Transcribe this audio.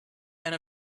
and